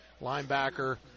linebacker